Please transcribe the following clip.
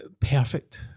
perfect